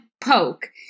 poke